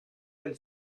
del